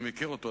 אני מכיר אותו,